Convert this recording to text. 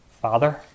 Father